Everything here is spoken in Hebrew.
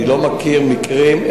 אני לא מכיר מקרים,